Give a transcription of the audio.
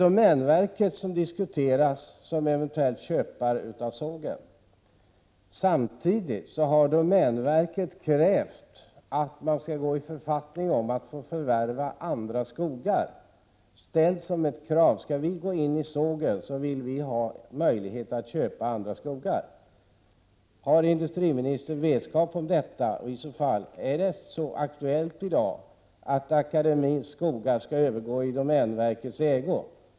Domänverket diskuteras som en eventuell köpare av sågen. Samtidigt har domänverket gått i författning om att man för — Prot. 1987/88:34 att gå in som ägare skall ställa krav på att få möjligheter att förvärva andra — 30 november 1987 skogar. Har industriministern vetskap om detta? Är det i å falidg ——— verkligen aktuellt med att Akademiens skogar skall övergå i domänverkets ägo?